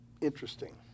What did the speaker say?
interesting